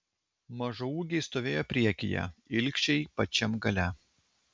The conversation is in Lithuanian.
mažaūgiai stovėjo priekyje ilgšiai pačiam gale